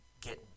get